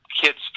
kids